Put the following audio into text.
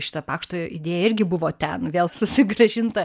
šita pakšto idėja irgi buvo ten vėl susigrąžinta